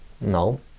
No